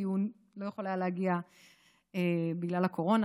כי הוא לא יכול היה להגיע בגלל הקורונה,